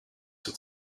that